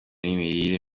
n’imirire